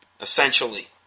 essentially